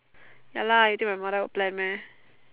ya lah you think my mother will plan meh